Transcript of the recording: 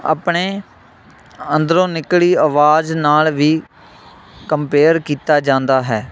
ਆਪਣੇ ਅੰਦਰੋਂ ਨਿਕਲੀ ਆਵਾਜ਼ ਨਾਲ ਵੀ ਕੰਪੇਅਰ ਕੀਤਾ ਜਾਂਦਾ ਹੈ